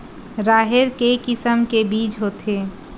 राहेर के किसम के बीज होथे?